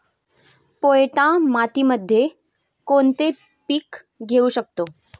पोयटा मातीमध्ये कोणते पीक घेऊ शकतो?